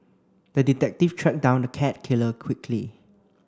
the detective tracked down the cat killer quickly